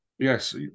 Yes